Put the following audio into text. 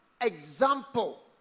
example